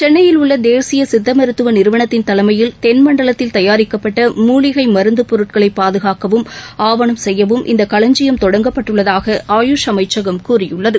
சென்னையில் உள்ள தேசிய சித்தமருத்துவ நிறுவனத்தின் தலைமையில் தென்மண்டலத்தில் தயாரிக்கப்பட்ட மூலிகை மருந்து பொருட்களைபாதுகாக்கவும் ஆவணம் சுசுய்யவும் இந்த களஞ்சியம் தொடங்கப்பட்டுள்ளதாக ஆயுஷ் அமைச்சகம் கூறியுள்ளது